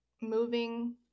moving